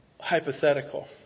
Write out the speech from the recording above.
Hypothetical